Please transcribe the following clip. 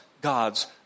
gods